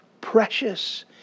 precious